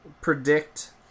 predict